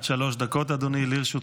עד שלוש דקות לרשותך,